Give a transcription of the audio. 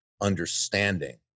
understanding